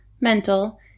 mental